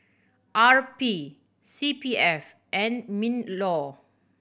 R P C P F and MinLaw